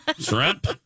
Shrimp